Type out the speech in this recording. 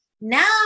now